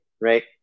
right